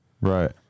Right